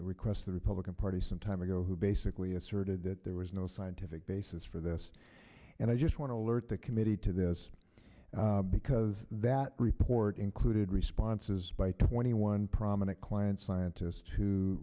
requests the republican party some time ago who basically asserted that there was no scientific basis for this and i just want to alert the committee to this because that report included responses by twenty one prominent clients scientists who